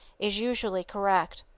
is usually correct.